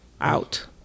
Out